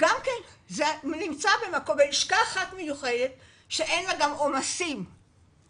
גם כן נמצאים בלשכה אחת מיוחדת שאין לה גם עומסים וחקירות.